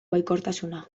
baikortasuna